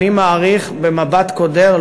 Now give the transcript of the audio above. אני מעריך במבט קודר,